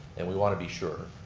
and we want to be sure.